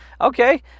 Okay